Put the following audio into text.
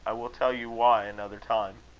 i will tell you why another time.